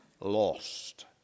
lost